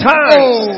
times